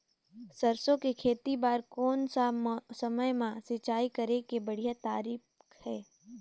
सरसो के खेती बार कोन सा समय मां सिंचाई करे के बढ़िया तारीक हे?